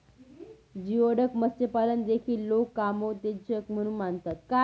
geoduck मत्स्यपालन देखील लोक कामोत्तेजक म्हणून मानतात